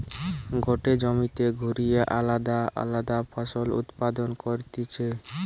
গটে জমিতে ঘুরিয়ে আলদা আলদা ফসল উৎপাদন করতিছে